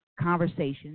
Conversation